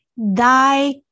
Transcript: thy